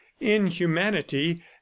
inhumanity